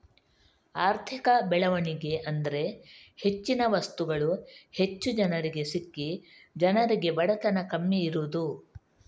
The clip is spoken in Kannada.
ಆರ್ಥಿಕ ಬೆಳವಣಿಗೆ ಅಂದ್ರೆ ಹೆಚ್ಚಿನ ವಸ್ತುಗಳು ಹೆಚ್ಚು ಜನರಿಗೆ ಸಿಕ್ಕಿ ಜನರಿಗೆ ಬಡತನ ಕಮ್ಮಿ ಇರುದು